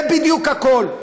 זה בדיוק הכול.